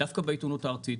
דווקא בעיתונות הארצית,